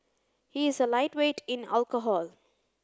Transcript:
he is a lightweight in alcohol